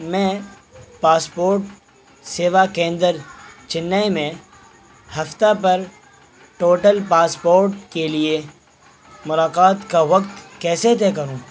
میں پاسپورٹ سیوا کیندر چینائی میں ہفتہ پر ٹوٹل پاسپورٹ کے لیے ملاقات کا وقت کیسے طے کروں